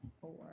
Four